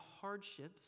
hardships